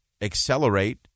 accelerate